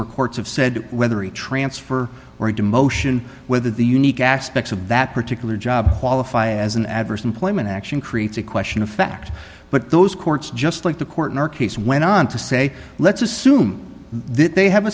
have said whether a transfer or a demotion whether the unique aspects of that particular job qualify as an adverse employment action creates a question of fact but those courts just like the court in our case went on to say let's assume that they have